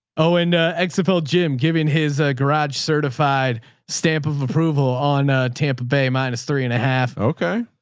oh, and a xfl jim giving his garage certified stamp of approval on a tampa bay minus three and a half. okay.